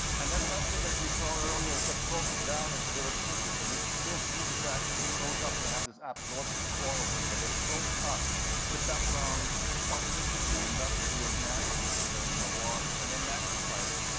and, that plastic as we saw earlier, it gets broken down into little pieces and these little pieces actually soak up, they have this absorptive quality, where they soak up the background toxicity, the industrial nasties that are in the water and they magnify them.